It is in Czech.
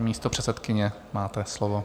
Paní místopředsedkyně, máte slovo.